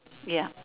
ya